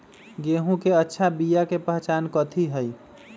गेंहू के अच्छा बिया के पहचान कथि हई?